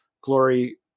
glory